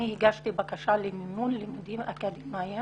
אני הגשתי בקשה למימון לימודים אקדמיים